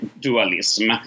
dualism